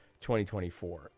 2024